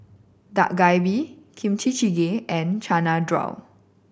Dak Galbi Kimchi Jjigae and Chana Dal